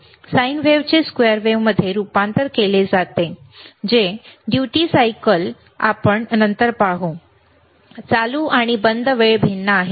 sign वेव्हचे स्क्वेअरमध्ये रुपांतर केले जाते जे ड्युटी सायकल चक्र आपण नंतर पाहू चालू आणि बंद वेळ भिन्न आहे